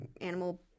animal